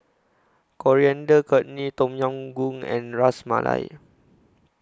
Coriander Chutney Tom Yam Goong and Ras Malai